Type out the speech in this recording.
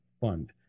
fund